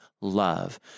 love